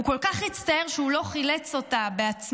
הוא כל כך הצטער שהוא לא חילץ אותה בעצמו,